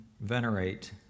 venerate